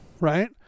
Right